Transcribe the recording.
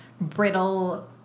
brittle